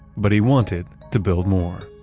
but he wanted to build more